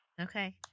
Okay